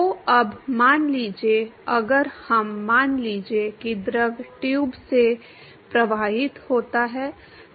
तो अब मान लीजिए अगर हम मान लीजिए कि द्रव ट्यूब में प्रवाहित होता है